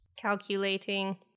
Calculating